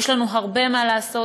יש לנו הרבה מה לעשות,